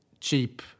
cheap